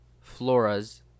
Flora's